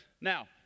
Now